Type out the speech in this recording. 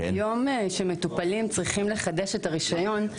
יום שמטופלים צריכים לחדש את הרישיון,